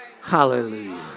Hallelujah